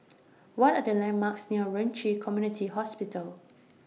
What Are The landmarks near Ren Ci Community Hospital